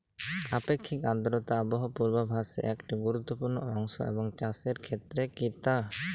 আপেক্ষিক আর্দ্রতা আবহাওয়া পূর্বভাসে একটি গুরুত্বপূর্ণ অংশ এবং চাষের ক্ষেত্রেও কি তাই?